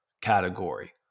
category